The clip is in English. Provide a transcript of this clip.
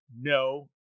No